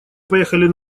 поехали